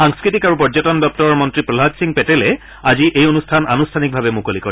সাংস্কৃতিক আৰু পৰ্যটন দগুৰৰ মন্ত্ৰী প্ৰহাদ সিং পেটেলে আজি এই অনুষ্ঠান আনুষ্ঠানিকভাৱে মুকলি কৰে